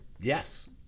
yes